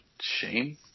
shame